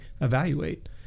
evaluate